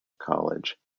college